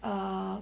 ah